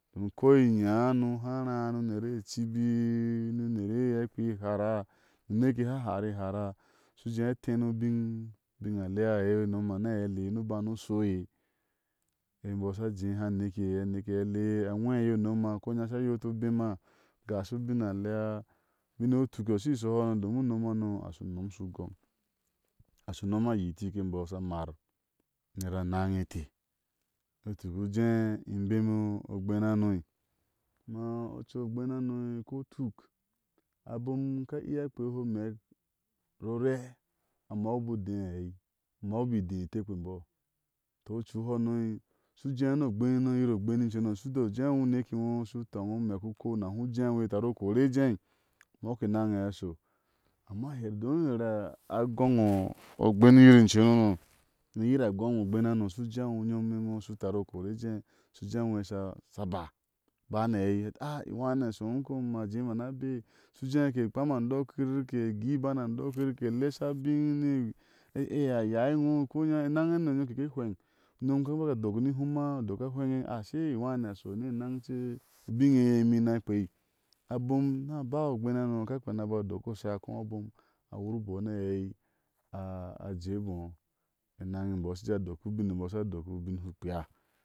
Domi ko inya ni uhára ni uner icibi, ni uner eye a kpea ihara ni uneke iye a haŋ harihara shiu ujé a teni u bin ubin alea ye unomhani aɛile iye, ni u ban u shɔe imbɔɔ sha jéha a neke, a neke a le anuhe iye u nomha koinya a sha yɔti obema, ga. sha u bin alea. ubiŋe iye u tuk o shi shɔhɔ, domin unom hano a shi unom shu ugoŋ. ashiu unoma yifik unom e mbɔɔ a sha mar uner a anaŋe inte yɔ tuk u jé ime bemé ogbén hano. kuma ocu ogbén hano ka tuk, a bomaka iya kpea omek rore a mɔkibɔɔ udéi aɛi amoki ibɔɔ idé o otekpé imbɔɔ, toh ocu hano shi jé ni ogbén u yiro ogbén i cone shiu da jéwo uner ke wɔ ushiu toŋi omek ukou na hu jéo iye shiu dau, tari u kori ejéi umɔko enaneye ahasiɔ amma ni hari a goŋe ogbén iyire ecen hano, ni oyiri agoŋe obén hano shiu ujéo unyom iŋo ushiu tari u kori ejé ushiu jé mi iye a sha baa. a aba ni aɛi, hɛti a iŋwha ni a shɔ hum kɔm, shi u je, ma jé ma na beri, ushu ujéke kpam andɔkir kena gui iban aandɔkir ke lesha abin nie, e eya, yaa iŋo ko inya enaŋ hano yom keke hweŋ unyoni ka iya na dɔk hum ma adok a hweŋe a ashe i iŋushi ani a shɔni enaŋce, ubiŋ eiye mi ana kpea. abom ni a baa ogben hano ka kpea ni aaba dok ocui akó abom a kui awurbɔni aei a a jé bɔ́ enaŋeymbɔɔ ashi a jéajé jea dok ubime imbɔɔ asha dok ubin u shu kpea.